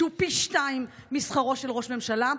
שהוא פי שניים משכרו של ראש ממשלה,